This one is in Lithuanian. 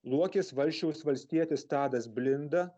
luokės valsčiaus valstietis tadas blinda